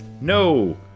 No